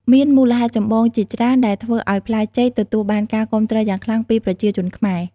មានមូលហេតុចម្បងជាច្រើនដែលធ្វើឱ្យផ្លែចេកទទួលបានការគាំទ្រយ៉ាងខ្លាំងពីប្រជាជនខ្មែរ។